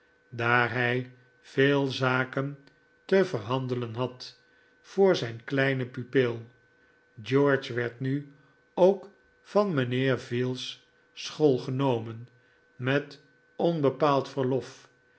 daar hij veel zaken te verhandelen had voor zijn kleinen pupil george werd nu ook van mijnheer veal's school genomen met onbepaald verlof